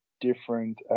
different